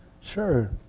Sure